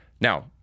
Now